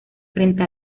frente